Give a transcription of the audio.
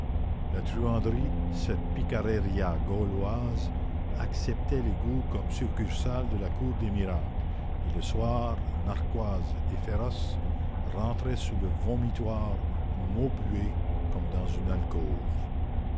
la truanderie cette picareria gauloise acceptait l'égout comme succursale de la cour des miracles et le soir narquoise et féroce rentrait sous le vomitoire maubuée comme dans une alcôve